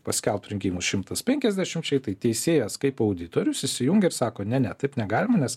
paskelbt rinkimus šimtas penkiasdešimčiai tai teisėjas kaip auditorius įsijungia ir sako ne ne taip negalima nes